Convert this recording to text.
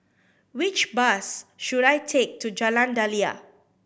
which bus should I take to Jalan Daliah